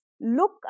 Look